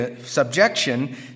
subjection